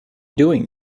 doing